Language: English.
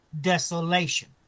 desolation